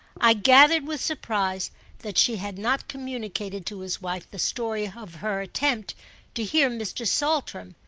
i gathered with surprise that she had not communicated to his wife the story of her attempt to hear mr. saltram,